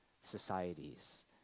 societies